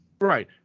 Right